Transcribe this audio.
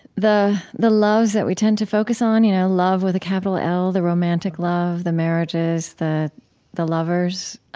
the the loves that we tend to focus on, you know, love with a capital l, the romantic love, the marriages, the the lovers,